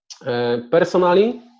personally